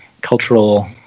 cultural